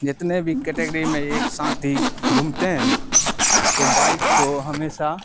جتنے بھی کیٹیگری میں ایک ساتھی گھومتے ہیں نا تو بائک کو ہمیشہ